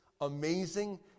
amazing